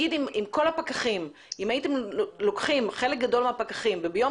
נגיד אם הייתם לוקחים חלק גדול מהפקחים וביום